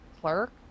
clerk